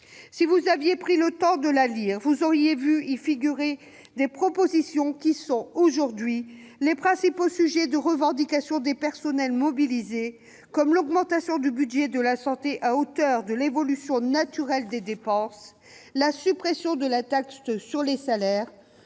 Si vous aviez pris le temps de le lire, vous auriez vu qu'y figurent des propositions qui sont, aujourd'hui, les principales revendications des personnels mobilisés : l'augmentation du budget de la santé à hauteur de l'évolution naturelle des dépenses, la suppression de la taxe sur les salaires,